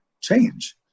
change